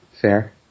Fair